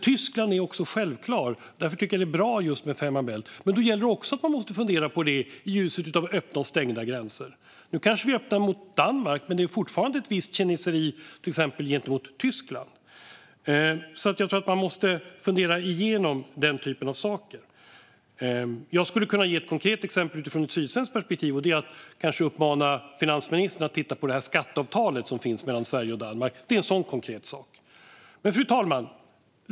Tyskland är också självklart, och därför tycker jag att det är bra med Fehmarn Bält. Men då gäller också att man måste fundera på det i ljuset av öppna och stängda gränser. Nu kanske vi öppnar mot Danmark, men det är fortfarande ett visst kineseri gentemot till exempel Tyskland. Jag tror att man måste fundera igenom den typen av saker. Jag skulle kunna ge ett konkret exempel utifrån ett sydsvenskt perspektiv, och det är att uppmana finansministern att titta på det skatteavtal som finns mellan Sverige och Danmark. Det är en sådan konkret sak. Fru talman!